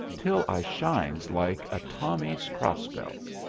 till i shines like a tommy's cross-belts.